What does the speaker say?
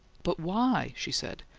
but why? she said.